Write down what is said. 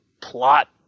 plot